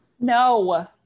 No